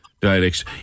dialects